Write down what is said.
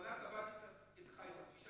בכוונה קבעתי איתך אחר הצוהריים,